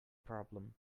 problem